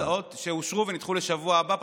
המזכיר מעדכן שהיו הצעות שאושרו ונדחו לשבוע הבא.